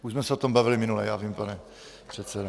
Už jsme se o tom bavili minule, já vím, pane předsedo.